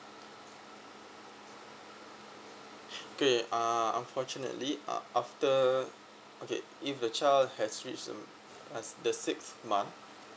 K uh unfortunately uh after okay if the child have reach the uh the six months